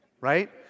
right